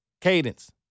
cadence